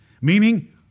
Meaning